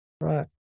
right